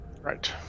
Right